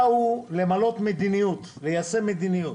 באו ליישם מדיניות.